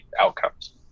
outcomes